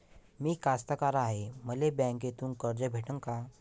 मी कास्तकार हाय, मले बँकेतून कर्ज भेटन का?